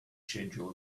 schedule